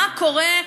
מה קורה,